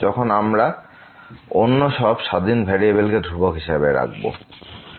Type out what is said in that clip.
যখন অন্য সব স্বাধীন ভেরিয়েবলকে ধ্রুবক হিসাবে রাখে